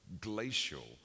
glacial